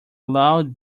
loud